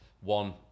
one